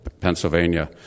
Pennsylvania